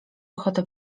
ochotę